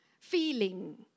feeling